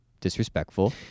disrespectful